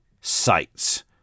sites